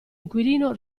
inquilino